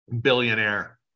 Billionaire